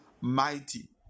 mighty